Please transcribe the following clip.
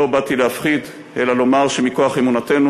לא באתי להפחיד אלא לומר שמכוח אמונתנו